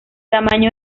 tamaño